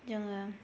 जोंङो